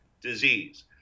disease